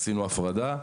עשינו הפרדה.